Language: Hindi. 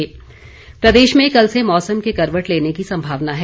मौसम प्रदेश में कल से मौसम के करवट लेने की संभावना है